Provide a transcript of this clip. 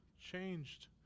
changed